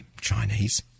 Chinese